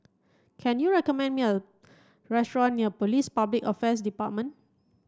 can you recommend me a restaurant near Police Public Affairs Department